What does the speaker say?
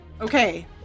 Okay